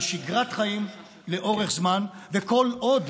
על שגרת חיים לאורך זמן, כל עוד